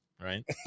right